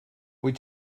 wyt